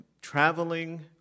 traveling